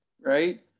right